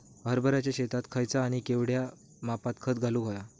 हरभराच्या शेतात खयचा आणि केवढया मापात खत घालुक व्हया?